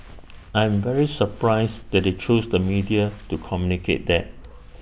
I'm very surprised that they choose the media to communicate that